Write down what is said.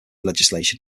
legislation